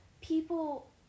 people